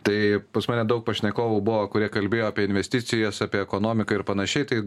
tai pas mane daug pašnekovų buvo kurie kalbėjo apie investicijas apie ekonomiką ir panašiai tai